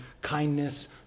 kindness